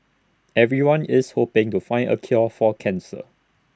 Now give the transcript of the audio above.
everyone is hoping to find A cure for cancer